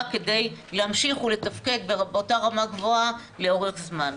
כדי להמשיך ולתפקד באותה רמה גבוהה לאורך זמן.